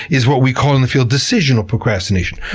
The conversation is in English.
is what we call in the field decisional procrastination.